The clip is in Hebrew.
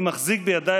אני מחזיק בידיי,